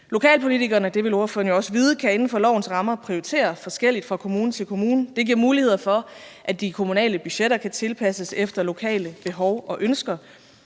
Lokalpolitikerne – det vil spørgeren jo også vide – kan inden for lovens rammer prioritere forskelligt fra kommune til kommune. Det giver muligheder for, at de kommunale budgetter kan tilpasses efter lokale behov og ønsker,